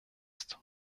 ist